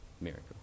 miracle